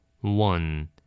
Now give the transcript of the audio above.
One